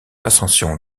ascension